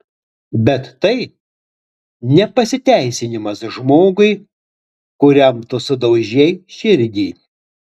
bet tai ne pasiteisinimas žmogui kuriam tu sudaužei širdį